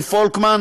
אשר,